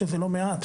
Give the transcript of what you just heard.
שזה לא מעט,